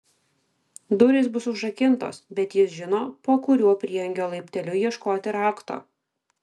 durys bus užrakintos bet jis žino po kuriuo prieangio laipteliu ieškoti rakto